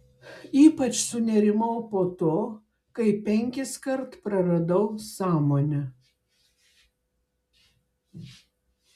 ypač sunerimau po to kai penkiskart praradau sąmonę